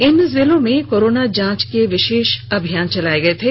इन जिलों में कोरोना जांच के विशेष जांच अभियान चलाए गए थे